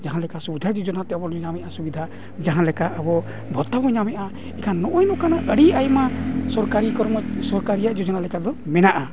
ᱡᱟᱦᱟᱸ ᱞᱮᱠᱟ ᱥᱩᱵᱤᱫᱷᱟ ᱡᱳᱡᱚᱱᱟᱛᱮ ᱟᱵᱚᱵᱚᱱ ᱧᱟᱢᱮᱜᱼᱟ ᱥᱩᱵᱤᱫᱷᱟ ᱡᱟᱦᱟᱸᱞᱮᱠᱟ ᱟᱵᱚ ᱵᱷᱟᱛᱟ ᱵᱚᱱ ᱧᱟᱢᱮᱜᱼᱟ ᱮᱱᱠᱷᱟᱱ ᱱᱚᱜᱼᱚᱭ ᱱᱚᱝᱠᱟᱱᱟᱜ ᱟᱹᱰᱤ ᱟᱭᱢᱟ ᱥᱚᱨᱠᱟᱨᱤ ᱠᱚᱨᱢᱚ ᱥᱚᱨᱠᱟᱨ ᱨᱮᱭᱟᱜ ᱡᱳᱡᱚᱱᱟ ᱞᱮᱠᱟᱫᱚ ᱢᱮᱱᱟᱜᱼᱟ